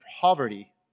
poverty